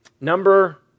Number